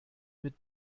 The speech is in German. mit